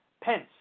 Pence